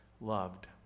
loved